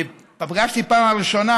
אני פגשתי בפעם הראשונה